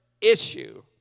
issue